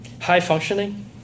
high-functioning